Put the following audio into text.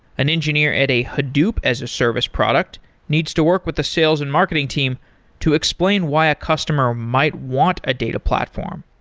an engineer at a hadoop as a service product needs to work with the sales and marketing team to explain why a customer might want a data platform.